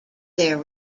their